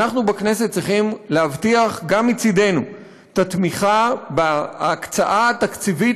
ואנחנו בכנסת צריכים להבטיח גם מצדנו את התמיכה בהקצאה התקציבית